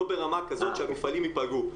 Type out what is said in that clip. לא ברמה כזאת שהמפעלים ייפגעו.